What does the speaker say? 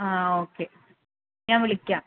ആ ഓക്കേ ഞാൻ വിളിക്കാം